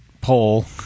poll